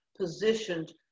positioned